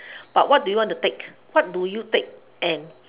but what do you want to take what do you take and